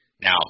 Now